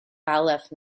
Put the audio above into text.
aleph